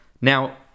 Now